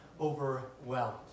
overwhelmed